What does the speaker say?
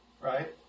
Right